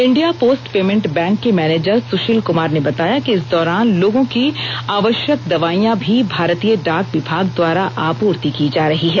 India post payment bank के manager Sushil Kumar ने बताया कि इस दौरान लोगों की आवश्यक दवाइयां भी भारतीय डाक विभाग द्वारा आपूर्ति की जा रही है